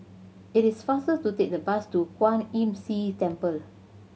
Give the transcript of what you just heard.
it is faster to take the bus to Kwan Imm See Temple